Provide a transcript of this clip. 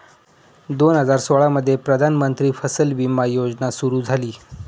दोन हजार सोळामध्ये प्रधानमंत्री फसल विमा योजना सुरू झाली